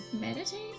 Meditate